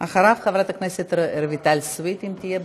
אחריו, חברת הכנסת רויטל סויד, אם תהיה באולם.